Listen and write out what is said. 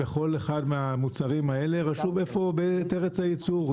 בכל אחד מהמוצרים האלה רשום ארץ הייצור,